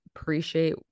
appreciate